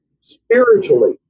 spiritually